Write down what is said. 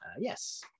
Yes